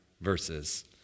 verses